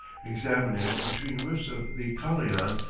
examining, between whiffs of the kalian,